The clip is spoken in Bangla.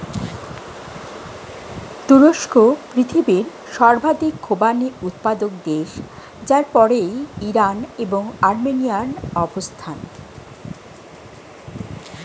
তুরস্ক পৃথিবীর সর্বাধিক খোবানি উৎপাদক দেশ যার পরেই ইরান এবং আর্মেনিয়ার অবস্থান